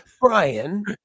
Brian